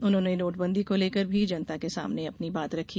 उन्होंने नोटबंदी को लेकर भी जनता के सामाने अपनी बात रखी